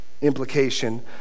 implication